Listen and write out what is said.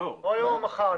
או היום או מחר.